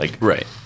Right